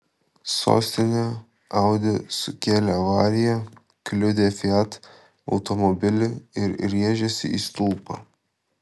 sostinėje audi sukėlė avariją kliudė fiat automobilį ir rėžėsi į stulpą